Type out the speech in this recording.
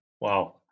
wow